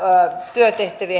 työtehtäviä